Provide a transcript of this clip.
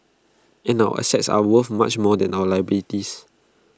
and our assets are worth much more than our liabilities